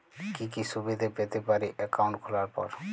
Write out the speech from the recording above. কি কি সুবিধে পেতে পারি একাউন্ট খোলার পর?